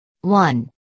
One